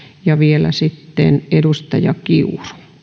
ja vielä sitten edustaja kiuru